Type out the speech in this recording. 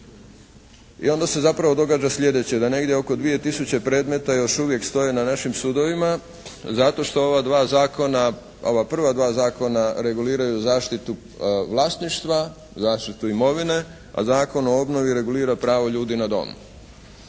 I onda se zapravo događa sljedeće, da negdje oko dvije tisuće predmeta još uvijek stoji na našim sudovima zato što ova dva zakona, ova prva dva zakona reguliraju zaštitu vlasništva, vlasništvu imovine, a Zakon o obnovi regulira pravo ljudi na dom.